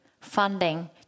funding